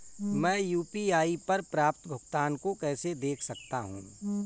मैं यू.पी.आई पर प्राप्त भुगतान को कैसे देख सकता हूं?